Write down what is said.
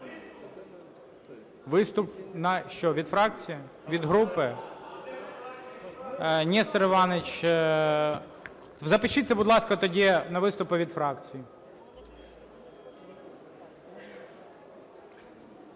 Виступ на що, від фракції, від групи? Нестор Іванович. Запишіться, будь ласка, тоді на виступи від фракцій.